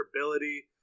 ability